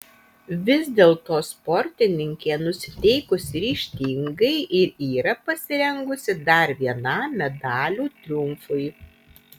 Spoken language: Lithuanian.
vis dėlto sportininkė nusiteikusi ryžtingai ir yra pasirengusi dar vienam medalių triumfui